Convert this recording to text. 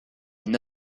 une